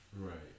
Right